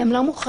הם לא מוחרגים,